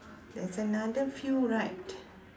there's another few right